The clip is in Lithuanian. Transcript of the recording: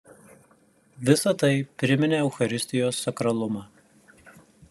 visa tai priminė eucharistijos sakralumą